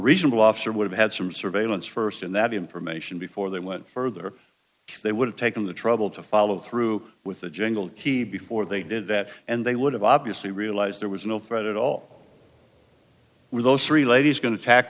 reasonable officer would have had some surveillance first and that information before they went further they would have taken the trouble to follow through with the jungle key before they did that and they would have obviously realized there was no threat at all were those three ladies going to attack